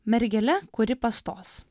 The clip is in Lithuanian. mergele kuri pastos